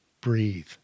breathe